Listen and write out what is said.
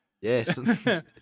Yes